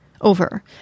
over